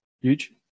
Huge